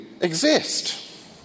exist